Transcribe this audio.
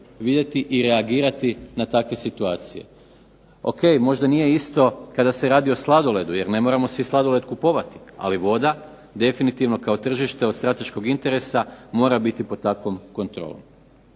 vidjeti na takve situacije. O.k. Možda nije isto kada se radi o sladoledu, jer ne moramo svi sladoled kupovati, ali voda definitivno kao tržište od strateškog interesa mora biti pod takvom kontrolom.